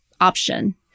option